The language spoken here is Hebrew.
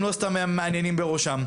הם לא סתם מהנהנים בראשם.